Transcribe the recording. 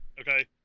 Okay